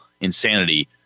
insanity